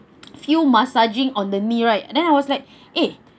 still massaging on the knee right and then I was like eh